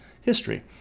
history